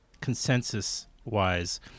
consensus-wise